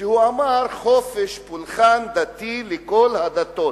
שהוא אמר: חופש פולחן דתי לכל הדתות,